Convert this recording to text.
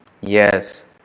Yes